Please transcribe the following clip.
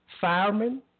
firemen